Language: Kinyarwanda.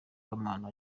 kamana